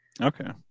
Okay